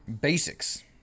basics